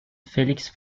félix